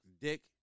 dick